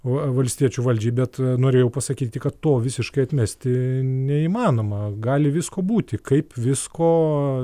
va valstiečių valdžiai bet norėjau pasakyti kad to visiškai atmesti neįmanoma gali visko būti kaip visko